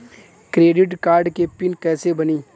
Credit card के PIN कैसे बनी?